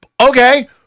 okay